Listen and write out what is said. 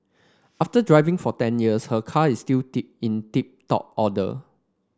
after driving for ten years her car is still tip in tip top order